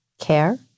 care